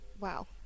Wow